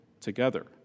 together